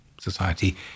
society